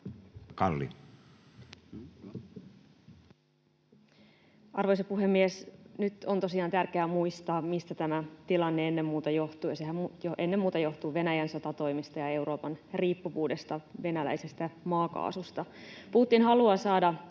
Arvoisa puhemies! Nyt on tosiaan tärkeää muistaa, mistä tämä tilanne ennen muuta johtuu, ja sehän ennen muuta johtuu Venäjän sotatoimista ja Euroopan riippuvuudesta venäläisestä maakaasusta. Putin haluaa saada